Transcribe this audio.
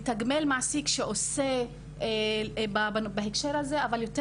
לתגמל מעסיק שעושה בהקשר הזה אבל יותר